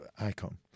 Icon